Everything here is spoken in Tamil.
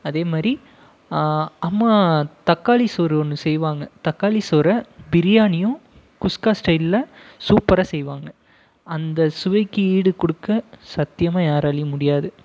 அதேமாதிரி அம்மா தக்காளி சோறு ஒன்று செய்வாங்க தக்காளி சோறு பிரியாணியும் குஸ்கா ஸ்டைலில் சூப்பராக செய்வாங்க அந்த சுவைக்கு ஈடு கொடுக்க சத்தியமாக யாராலையும் முடியாது